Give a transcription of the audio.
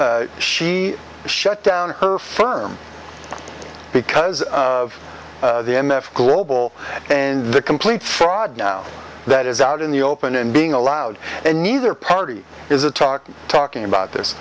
shit she shut down her firm because of the m f global and the complete fraud now that is out in the open and being allowed and neither party is a talking talking about this